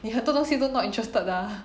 你很多东西都 not interested 的 ah